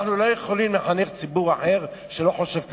אנחנו לא יכולים לחנך ציבור אחר שלא חושב כמוני,